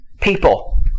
people